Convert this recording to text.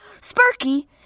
Sparky